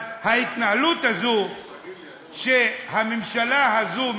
אז ההתנהלות הזו שהממשלה הזו,